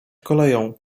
koleją